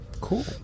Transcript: Cool